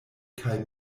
kaj